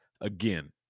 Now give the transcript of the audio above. Again